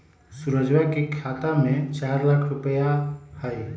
सुरजवा के खाता में चार लाख रुपइया हई